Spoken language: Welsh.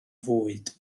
fwyd